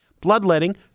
Bloodletting